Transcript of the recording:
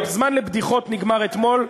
הזמן לבדיחות נגמר אתמול.